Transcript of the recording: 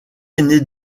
ainé